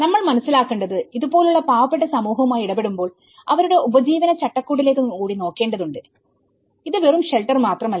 നമ്മൾ മനസ്സിലാക്കേണ്ടത് ഇത് പോലുള്ള പാവപ്പെട്ട സമൂഹവുമായി ഇടപെടുമ്പോൾഅവരുടെ ഉപജീവന ചട്ടക്കൂടിലേക്ക് കൂടി നോക്കേണ്ടതുണ്ട് ഇത് വെറും ഷെൽട്ടർ മാത്രമല്ല